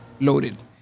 loaded